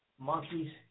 monkeys